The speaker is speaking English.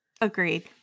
Agreed